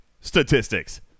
statistics